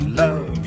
love